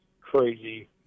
crazy